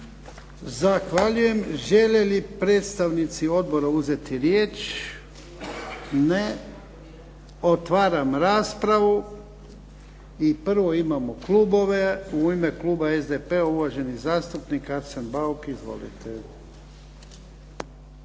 Zahvaljujem. Želi li predstavnici odbora uzeti riječ? Ne. Otvaram raspravu i prvo imamo klubove. U ime kluba SDP-a uvaženi zastupnik Arsen Bauk. Izvolite.